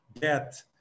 get